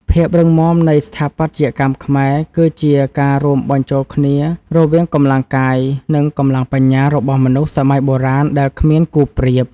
ភាពរឹងមាំនៃស្ថាបត្យកម្មខ្មែរគឺជាការរួមបញ្ចូលគ្នារវាងកម្លាំងកាយ និង កម្លាំងបញ្ញារបស់មនុស្សសម័យបុរាណដែលគ្មានគូប្រៀប។